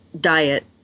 diet